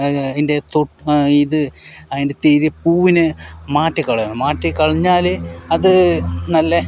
അതിന്റെ തൊട്ട് ഇത് അതിന്റെ തിരി പൂവിനെ മാറ്റിക്കളയണം മാറ്റിക്കളഞ്ഞാൽ അതു നല്ല